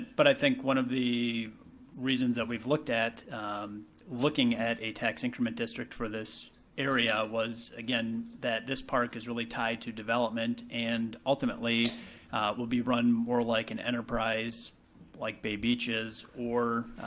but i think one of the reasons that we've looked at looking at a tax increment district for this area was again that this park is really tied to development, and ultimately will be run more like an enterprise like bay beaches or,